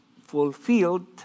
fulfilled